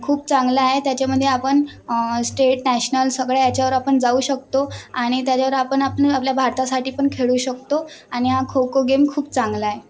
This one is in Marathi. खूप चांगला आहे त्याच्यामध्ये आपण स्टेट नॅशनल सगळ्या याच्यावर आपण जाऊ शकतो आणि त्याच्यावर आपण आपण आपल्या भारतासाठी पण खेळू शकतो आणि हा खो खो गेम खूप चांगला आहे